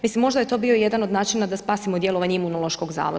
Mislim, možda je to bio jedan od načina, da spasimo djelovanje Imunološkog zavoda.